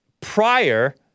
prior